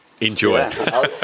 Enjoy